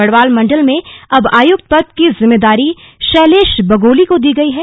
गढ़वाल मंडल में अब आयुक्त पद की जिम्मेदारी शैलेश बगोली को दी गयी है